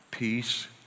peace